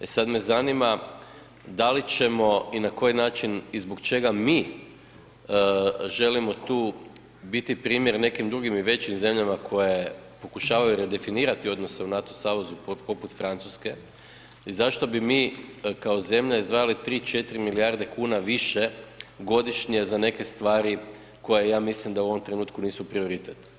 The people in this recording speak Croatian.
E sada me zanima, da li ćemo i na koji način i zbog čega mi želimo tu biti primjer nekim drugim i većim zemljama koje pokušavaju redefinirati odnose u NATO savezu poput Francuske i zašto bi mi kao zemlja izdvajali 3, 4 milijarde kuna više godišnje za neke stvari koje ja mislim da u ovome trenutku nisu prioritet?